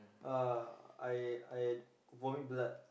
!wah! I I vomit blood